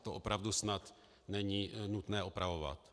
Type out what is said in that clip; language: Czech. To opravdu snad není nutné opravovat.